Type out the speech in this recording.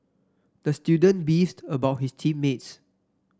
the student beefed about his team mates